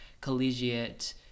collegiate